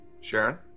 Sharon